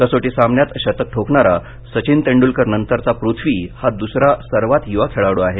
कसोटी सामन्यात शतक ठोकणारा सचिन तेंड्रलकरनंतरचा पृथ्वी हा द्रसरा सर्वात युवा खेळाड्र आहे